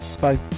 Bye